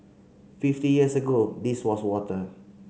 fifty years ago this was water